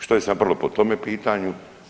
Što je se napravilo po tome pitanju?